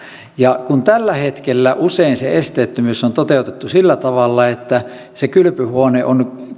kun tällä hetkellä usein se esteettömyys on toteutettu sillä tavalla että se kylpyhuone on